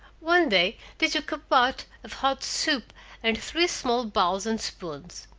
one day they took a pot of hot soup and three small bowls and spoons.